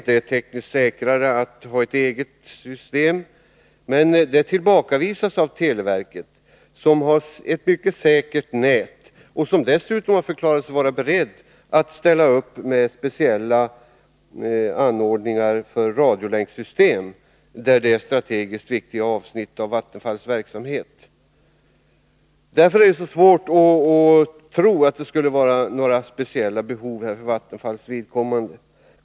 Det är tekniskt säkrare att ha ett eget system, säger Vattenfall, men detta tillbakavisas av televerket, som har ett mycket säkert nät och som dessutom förklarat sig vara berett att ställa upp med speciella anordningar för radiolänksystem för strategiskt viktiga avsnitt av Vattenfalls verksamhet. Därför är det så svårt att tro att det skulle vara några speciella behov för Vattenfalls vidkommande.